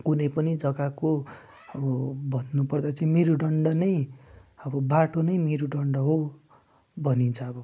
कुनै पनि जग्गाको अब भन्नुपर्दा चाहिँ मेरुदण्ड नै अब बाटो नै मेरुदण्ड हो भनिन्छ अब